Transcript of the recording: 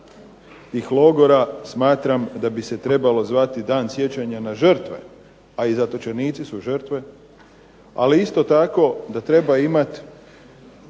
tih logora, smatram da bi se trebalo zvati Dan sjećanja na žrtve, a i zatočenici su žrtve, ali isto tako da treba imati,